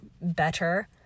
better